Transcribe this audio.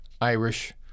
Irish